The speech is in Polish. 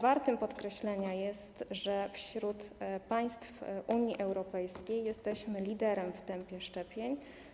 Warto podkreślić, że wśród państw Unii Europejskiej jesteśmy liderem w tempie szczepień.